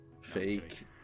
Fake